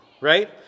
right